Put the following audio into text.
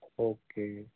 okay ਜੀ